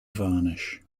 varnish